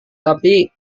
tapi